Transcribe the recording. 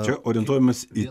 čia orientuojamasi į